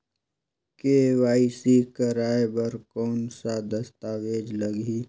KYC कराय बर कौन का दस्तावेज लगही?